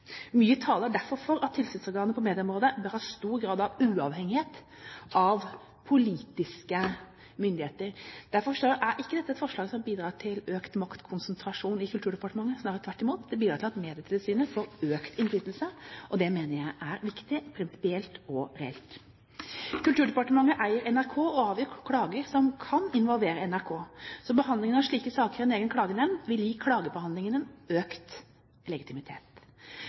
Mye taler derfor for at tilsynsorganet på medieområdet bør ha stor grad av uavhengighet av politiske myndigheter. Derfor er ikke dette et forslag som bidrar til økt maktkonsentrasjon i Kulturdepartementet, snarere tvert imot; det bidrar til at Medietilsynet får økt innflytelse. Det mener jeg er viktig, prinsipielt og reelt. Kulturdepartementet eier NRK og avgjør klager som kan involvere NRK. Så behandlingen av slike saker i en egen klagenemnd vil gi klagebehandlingen økt legitimitet.